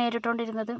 നേരിട്ടു കൊണ്ട് ഇരുന്നത്